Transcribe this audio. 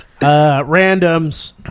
Randoms